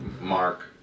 mark